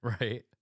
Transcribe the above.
right